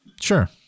Sure